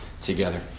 together